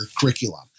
curriculum